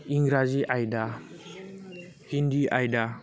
इंराजि आयदा हिन्दी आयदा